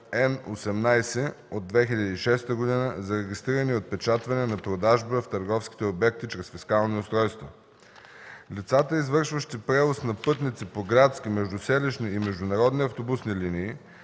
Н-18 от 2006 г. за регистриране и отчитане на продажби в търговските обекти чрез фискални устройства. Лицата, извършващи превози на пътници по градски, междуселищни и международни автобусни линии,